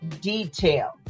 detail